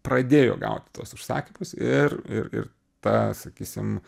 pradėjo gaut tuos užsakymus ir ir ir ta sakysim